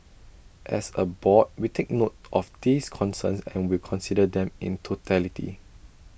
as A board we take note of these concerns and will consider them in totality